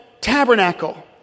Tabernacle